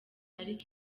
ariko